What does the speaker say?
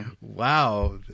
wow